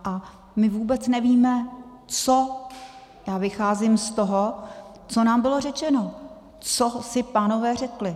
A my vůbec nevíme já vycházím z toho, co nám bylo řečeno co si pánové řekli.